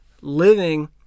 living